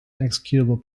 executable